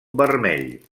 vermell